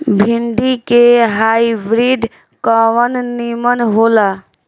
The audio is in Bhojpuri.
भिन्डी के हाइब्रिड कवन नीमन हो ला?